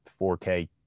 4K